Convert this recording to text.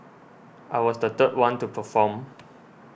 I was the third one to perform